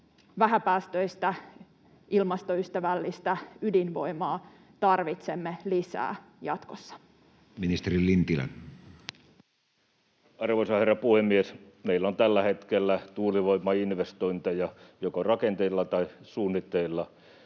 vähäpäästöistä ilmastoystävällistä ydinvoimaa tarvitsemme lisää jatkossa. Ministeri Lintilä. Arvoisa herra puhemies! Meillä on tällä hetkellä tuulivoimainvestointeja, joko rakenteilla tai suunnitteilla,